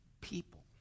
people